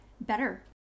better